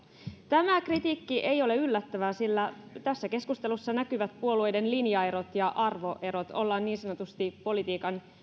tämä kritiikki ei ole yllättävää sillä tässä keskustelussa näkyvät puolueiden linjaerot ja arvoerot ollaan niin sanotusti politiikan